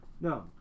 No